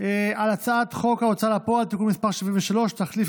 על הצעת חוק ההוצאה לפועל (תיקון מס' 73) (תחליף